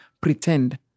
pretend